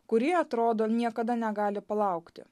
kurie atrodo niekada negali palaukti